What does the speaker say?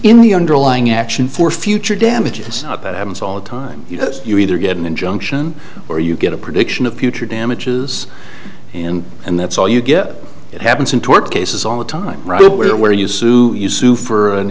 the underlying action for future damages that happens all the time you know you either get an injunction or you get a prediction of future damages and and that's all you get it happens in tort cases all the time where where you sue you sue for an